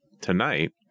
Tonight